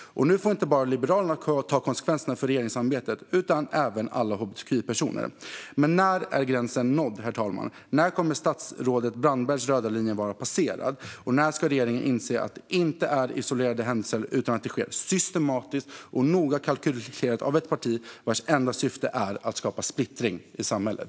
Och nu får inte bara Liberalerna ta konsekvenserna av regeringssamarbetet utan även alla hbtqi-personer. Men när är gränsen nådd? När kommer statsrådet Brandbergs röda linje att vara passerad, och när ska regeringen inse att detta inte är isolerade händelser utan att det sker systematiskt och noga kalkylerat av ett parti vars enda syfte är att skapa splittring i samhället?